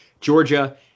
Georgia